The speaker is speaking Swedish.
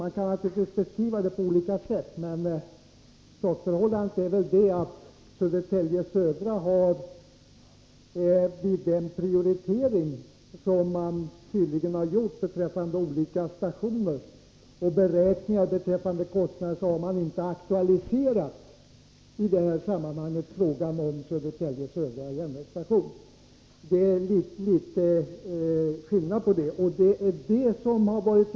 Man kan naturligtvis beskriva det på olika sätt, men sakförhållandet är att man vid den prioritering som tydligen har gjorts beträffande olika stationer och vid beräkningar av kostnader i detta sammanhang inte har aktualiserat frågan om Södertälje Södra järnvägsstation. Det är däri åsiktsskillnaderna finns.